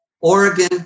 Oregon